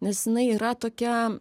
nes jinai yra tokia